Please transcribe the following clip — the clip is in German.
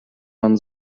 man